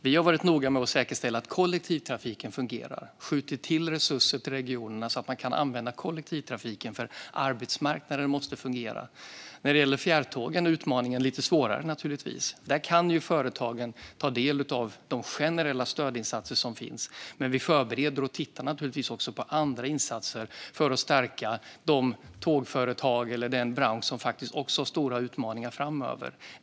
Vi har varit noga med att säkerställa att kollektivtrafiken fungerar och skjutit till resurser till regionerna så att kollektivtrafiken kan användas, för arbetsmarknaden måste fungera. När det gäller fjärrtågen är utmaningen naturligtvis lite svårare. Företagen kan ta del av de generella stödinsatser som finns, men vi tittar på och förbereder andra insatser för att stärka de tågföretag och den bransch som också har stora utmaningar framöver.